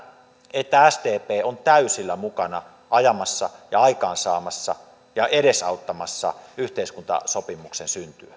että sdp on täysillä mukana ajamassa ja aikaansaamassa ja edesauttamassa yhteiskuntasopimuksen syntyä